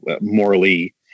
morally